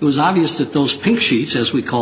it was obvious that those pink sheets as we call